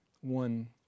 one